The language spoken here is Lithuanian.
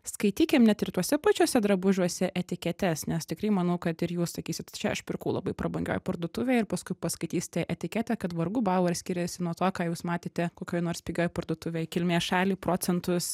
skaitykim net ir tuose pačiuose drabužiuose etiketes nes tikrai manau kad ir jūs sakysit čia aš pirkau labai prabangioj parduotuvėj ir paskui paskaitysite etiketę kad vargu bau ar skiriasi nuo to ką jūs matėte kokioj nors pigioj parduotuvėj kilmės šalį procentus